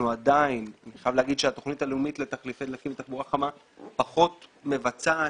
אני חייב לומר שהתוכנית הלאומית לתחליפי דלקים לתחבורה פחות מבצעת